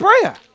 prayer